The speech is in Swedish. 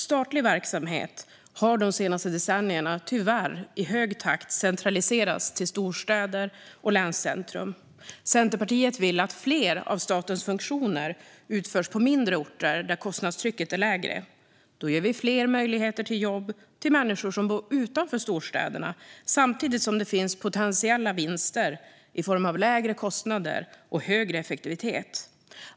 Statlig verksamhet har de senaste decennierna tyvärr i hög takt centraliserats till storstäder och länscentrum. Centerpartiet vill att fler av statens funktioner utförs på mindre orter där kostnadstrycket är lägre. Då ger vi fler möjligheter till jobb för människor som bor utanför storstäderna samtidigt som det finns potentiella vinster i form av lägre kostnader och högre effektivitet.